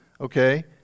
Okay